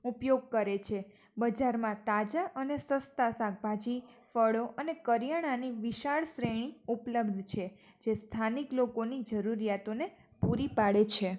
ઉપયોગ કરે છે બજારમાં તાજા અને સસ્તા શાકભાજી ફળો અને કરિયાણાની વિશાળ શ્રેણી ઉપલબ્ધ છે જે સ્થાનિક લોકોની જરૂરીયાતોને પૂરી પાડે છે